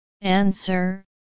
Answer